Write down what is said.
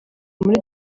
muri